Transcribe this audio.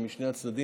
לבנות משני הצדדים,